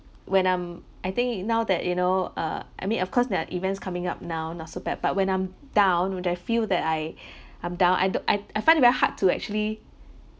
when I'm I think it now that you know uh I mean of course there are events coming up now not so bad but when I'm down when I feel that I I'm down I don't I'd I find it very hard to actually